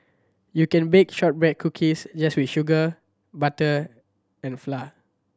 you can bake shortbread cookies just with sugar butter and flour